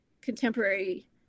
contemporary